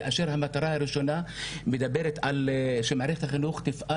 כאשר המטרה הראשונה מדברת על כך שמערכת החינוך תפעל